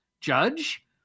Judge